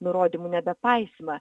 nurodymų nebepaisymą